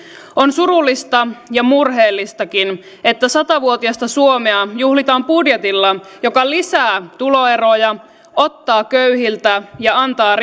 on surullista ja murheellistakin että sata vuotiasta suomea juhlitaan budjetilla joka lisää tuloeroja ottaa köyhiltä ja antaa